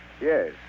Yes